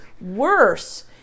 worse